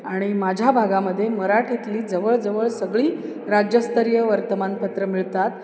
आणि माझ्या भागामध्ये मराठीतली जवळजवळ सगळी राज्यस्तरीय वर्तमानपत्रं मिळतात